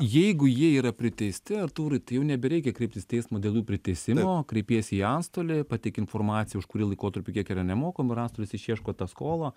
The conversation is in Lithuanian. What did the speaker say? jeigu jie yra priteisti artūrai tai jau nebereikia kreiptis į teismą dėl jų priteisimo kreipiesi į antstolį pateikti informaciją už kurį laikotarpį kiek yra nemokama ir antstolis išieško tą skolą